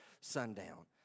sundown